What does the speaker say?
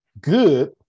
Good